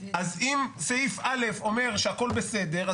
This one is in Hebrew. אם סעיף א' אומר שהכול בסדר,